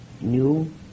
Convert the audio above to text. new